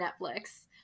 Netflix